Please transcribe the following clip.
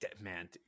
man